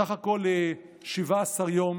סך הכול 17 יום